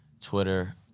Twitter